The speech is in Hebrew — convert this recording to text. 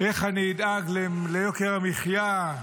איך אני אדאג ליוקר המחיה,